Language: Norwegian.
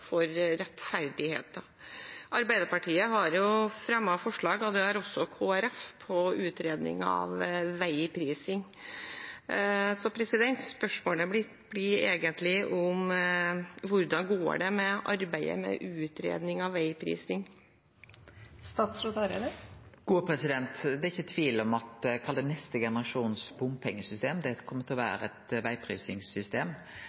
Arbeiderpartiet har jo fremmet forslag, og det har også Kristelig Folkeparti, om utredning av veiprising. Spørsmålet mitt blir egentlig: Hvordan går det med arbeidet med utredning av veiprising? Det er ikkje tvil om at – kall det – neste generasjons bompengesystem kjem til å